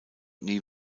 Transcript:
nie